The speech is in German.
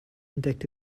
entdeckt